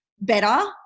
better